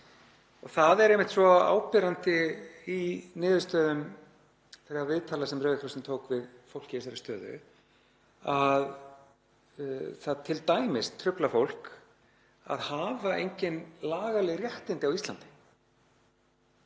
Það er einmitt svo áberandi í niðurstöðum þeirra viðtala sem Rauði krossinn tók við fólk í þessari stöðu, að það t.d. truflar fólk að hafa engin lagaleg réttindi á Íslandi.